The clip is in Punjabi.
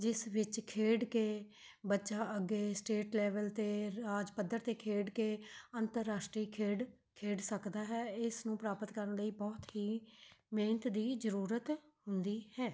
ਜਿਸ ਵਿੱਚ ਖੇਡ ਕੇ ਬੱਚਾ ਅੱਗੇ ਸਟੇਟ ਲੈਵਲ 'ਤੇ ਰਾਜ ਪੱਧਰ 'ਤੇ ਖੇਡ ਕੇ ਅੰਤਰਰਾਸ਼ਟਰੀ ਖੇਡ ਖੇਡ ਸਕਦਾ ਹੈ ਇਸ ਨੂੰ ਪ੍ਰਾਪਤ ਕਰਨ ਲਈ ਬਹੁਤ ਹੀ ਮਿਹਨਤ ਦੀ ਜ਼ਰੂਰਤ ਹੁੰਦੀ ਹੈ